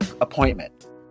Appointment